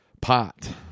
pot